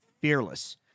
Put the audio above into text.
fearless